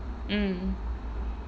mm